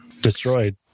destroyed